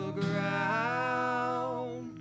ground